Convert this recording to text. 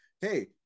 Hey